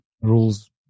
rules